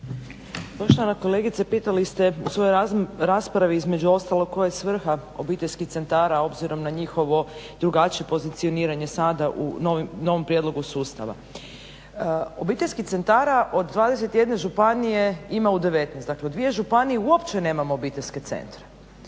Poštovana kolegice pitali ste u svojoj raspravi između ostalog koja je svrha obiteljskih centara obzirom na njihovo drugačije pozicioniranje sada u novom prijedlogu sustava. Obiteljskih centara od 21 županije ima u 19. Dakle, u 2 županije uopće nemamo obiteljske centre.